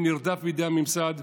שנרדף בידי הממסד,